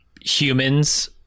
humans